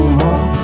more